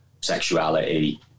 sexuality